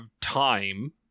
time